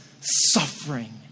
suffering